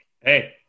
Hey